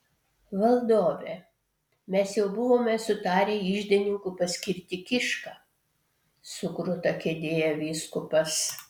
valdove mes jau buvome sutarę iždininku paskirti kišką sukruta kėdėje vyskupas